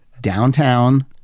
downtown